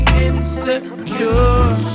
insecure